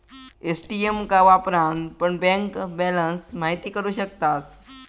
ATM का वापरान पण बँक बॅलंस महिती करू शकतास